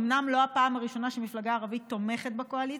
אומנם זו לא הפעם הראשונה שמפלגה ערבית תומכת בקואליציה,